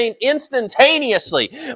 instantaneously